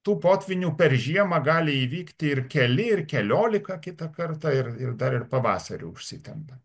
tų potvynių per žiemą gali įvykti ir keli ir keliolika kitą kartą ir ir dar ir pavasarį užsitempia